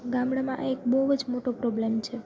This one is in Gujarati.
ગામડામાં આ એક બહુ જ મોટો પ્રોબ્લ્મ છે